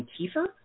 Kiefer